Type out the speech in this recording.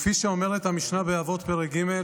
כפי שאומרת המשנה באבות פרק ג':